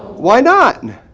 why not?